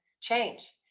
change